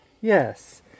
Yes